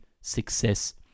success